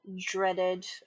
dreaded